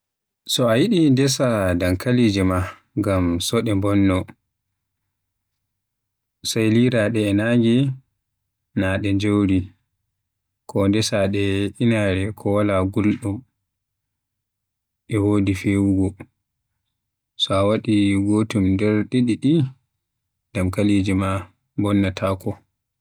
So a yidi ndesa dankalije ma ngam so de mbonno, sai liraade e nange, naa de njori. ko ndesaade inaare ko wala guldum e wodi fewugo. so a wadi gotun nder didi di dankalije maada bonnatako.